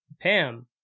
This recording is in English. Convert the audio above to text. Pam